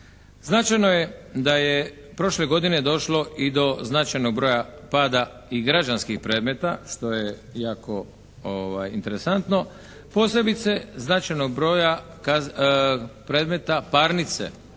Značajno je da je prošle godine došlo i do značajnog broja pada i građanskih predmeta što je jako interesantno posebice značajnog broja predmeta parnice